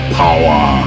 power